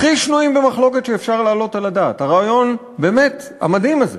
הכי שנויים במחלוקת שאפשר להעלות על הדעת: הרעיון הבאמת-מדהים הזה